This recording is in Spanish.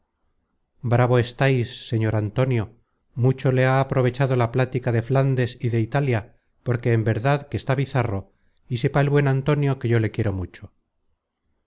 bravo estáis señor antonio mucho le ha aprovechado la plática de flandes y de italia porque en verdad que está bizarro y sepa el buen antonio que yo le quiero mucho